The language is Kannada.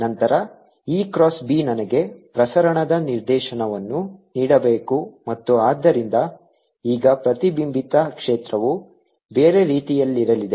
ನಂತರ e ಕ್ರಾಸ್ b ನನಗೆ ಪ್ರಸರಣದ ನಿರ್ದೇಶನವನ್ನು ನೀಡಬೇಕು ಮತ್ತು ಆದ್ದರಿಂದ ಈಗ ಪ್ರತಿಬಿಂಬಿತ ಕ್ಷೇತ್ರವು ಬೇರೆ ರೀತಿಯಲ್ಲಿರಲಿದೆ